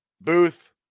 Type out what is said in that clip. Booth